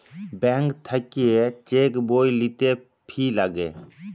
bank থাক্যে cheque বই লিতে ফি লাগে